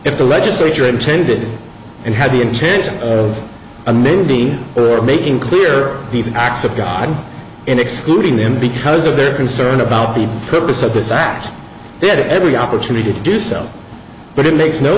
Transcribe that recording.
if the legislature intended and had the intention and maybe making clear these acts of god and excluding them because of their concern about the purpose of this act they had every opportunity to do so but it makes no